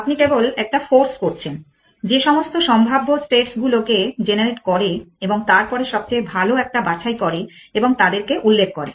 আপনি কেবল একটা ফোর্স করছেন যে সমস্ত সম্ভাব্য স্টেটস গুলো কে জেনারেট করে এবং তারপরে সবচেয়ে ভাল একটা বাছাই করে এবং তাদেরকে উল্লেখ করে